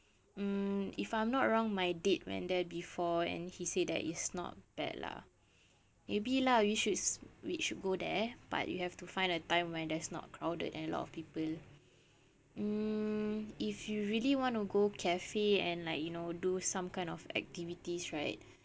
mm if I'm not wrong my date went there before and he said that is not bad lah maybe lah we should we should go there but you have to find a time when it's not crowded and a lot of people mm if you really want to go cafe and like you know do some kind of activities right